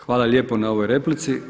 Hvala lijepo na ovoj replici.